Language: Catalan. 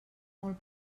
molt